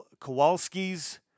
Kowalski's